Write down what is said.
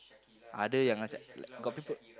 ada yang ajak like got people